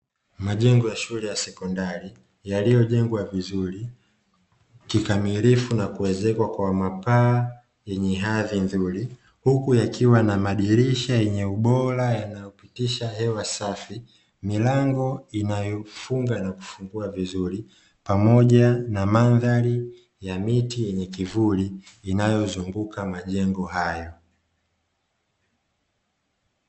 Majengo ya shule ya sekondari yaliyo jengwa vizuri kikamilifu na kuzekwa kwa mapaa yenye hadhi nzuri huku yakiwa na madirisha yenye ubora yanayopitisha hewa safi, milango inayo funga na kufungua vizuri, pamoja na mandhari ya miti yenye kivuli inayozunguka majengo haya.